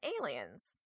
aliens